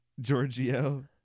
giorgio